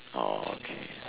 orh okay